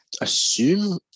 assume